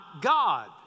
God